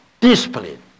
discipline